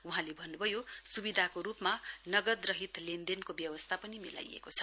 वहाँले भन्नुभयो सुविधाको रूपमा नगदरसित लेनदेनको व्यवस्था पनि मिलाइएको छ